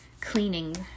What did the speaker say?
cleaning